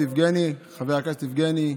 חברי הכנסת יבגני,